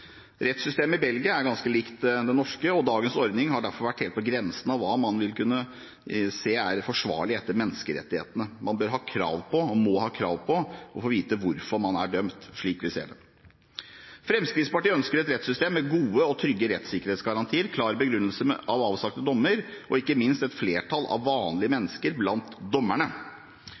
Rettssystemet i Belgia er ganske likt det norske, og dagens ordning har derfor vært helt på grensen av hva man vil kunne se er forsvarlig etter menneskerettene. Man bør og må ha krav på å vite hvorfor man er dømt, slik vi ser det. Fremskrittspartiet ønsker et rettssystem med gode og trygge rettssikkerhetsgarantier, klar begrunnelse av avsagte dommer og ikke minst et flertall av vanlige mennesker blant dommerne.